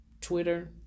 Twitter